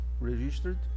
registered